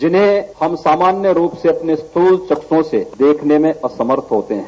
जिन्हें हम सामान्य रूप से अपने मूल तथ्यों से देखने में असमर्थ होते हैं